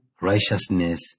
righteousness